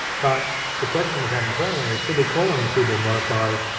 but the question we've had internally is should we call them keyboard modifiers,